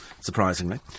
surprisingly